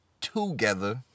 together